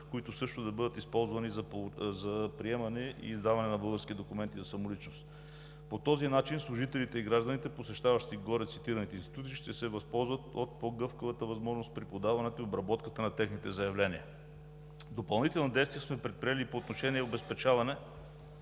които също да бъдат използвани за приемане и издаване на български документи за самоличност. По този начин служителите и гражданите, посещаващи горецитираните институции, ще се възползват от по-гъвкавата възможност при подаването и обработката на техните заявления. Допълнителни действия сме предприели и по отношение обезпечаване…